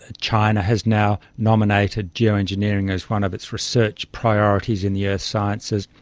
ah china has now nominated geo-engineering as one of its research priorities in the earth sciences,